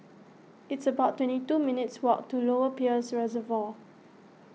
it's about twenty two minutes' walk to Lower Peirce Reservoir